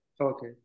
Okay